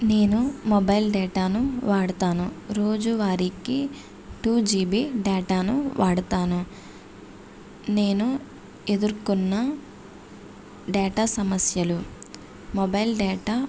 నేను మొబైల్ డేటాను వాడతాను రోజువారీ టూ జీబీ డేటాను వాడతాను నేను ఎదురుకున్న డేటా సమస్యలు మొబైల్ డేటా